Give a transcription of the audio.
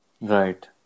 Right